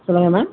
சொல்லுங்கள் மேம்